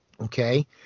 Okay